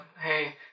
Hey